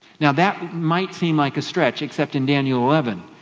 now that might seem like a stretch, except in daniel eleven